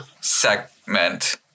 segment